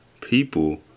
people